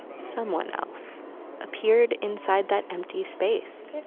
someone else appeared inside that empty space